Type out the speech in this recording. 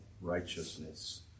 righteousness